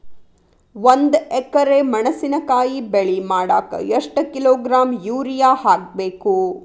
ಒಂದ್ ಎಕರೆ ಮೆಣಸಿನಕಾಯಿ ಬೆಳಿ ಮಾಡಾಕ ಎಷ್ಟ ಕಿಲೋಗ್ರಾಂ ಯೂರಿಯಾ ಹಾಕ್ಬೇಕು?